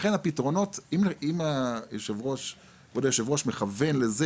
לכן הפתרונות אם כבוד היו"ר מכוון לזה